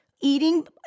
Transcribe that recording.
eating